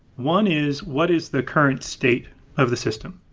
one is what is the current state of the system?